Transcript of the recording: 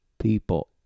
people